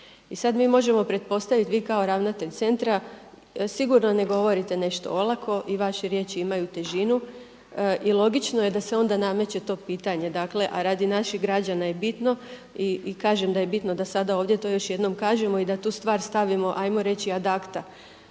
I sad mi možemo pretpostaviti, vi kao ravnatelj Centra sigurno ne govorite nešto olako i vaše riječi imaju težinu i logično je da se onda nameće to pitanje, dakle a radi naših građana je bitno i kažem da je bitno da sada ovdje to još jednom kažemo i da tu stvar stavimo hajmo reći ad acta.